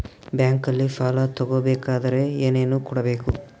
ಬ್ಯಾಂಕಲ್ಲಿ ಸಾಲ ತಗೋ ಬೇಕಾದರೆ ಏನೇನು ಕೊಡಬೇಕು?